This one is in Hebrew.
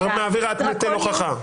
את מעבירה את נטל ההוכחה.